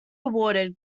awarded